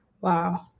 Wow